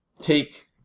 take